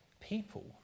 people